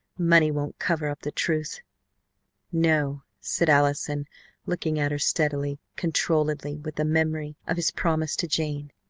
money won't cover up the truth no, said allison looking at her steadily, controlledly, with a memory of his promise to jane.